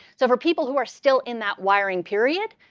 so for people who are still in that wiring period,